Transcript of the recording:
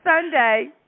Sunday